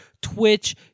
twitch